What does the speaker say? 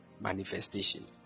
manifestation